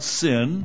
sin